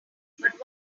but